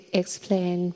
explain